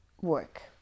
work